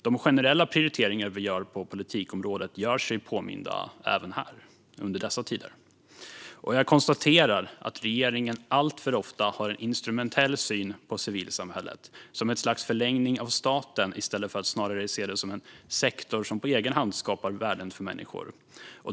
De generella prioriteringar som vi gör på politikområdet gör sig påminda även under dessa tider. Jag konstaterar att regeringen alltför ofta har en instrumentell syn på civilsamhället som ett slags förlängning av staten i stället för att snarare se det som en sektor som på egen hand skapar värden för människor.